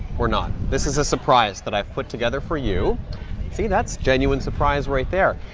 we're not. this is a surprise that i've put together for you see, that's genuine surprise right there.